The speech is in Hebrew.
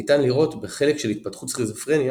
ניתן לראות בחלק של התפתחות סכיזופרניה